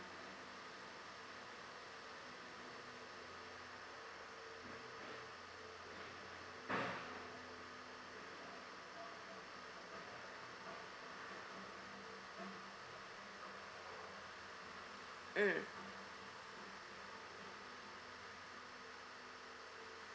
mm